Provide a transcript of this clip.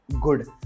good